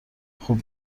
خوب